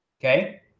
Okay